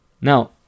Now